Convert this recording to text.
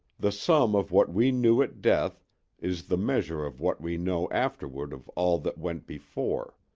the sum of what we knew at death is the measure of what we know afterward of all that went before.